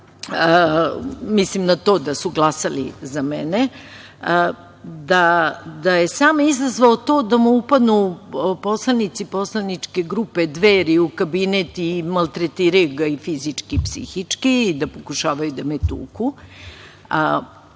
mislim na to da su glasali za mene, sam izazvao to da mu upadnu poslanici poslaničke grupe Dveri u kabinet i maltretiraju ga i fizički i psihički i da pokušavaju da me tuku.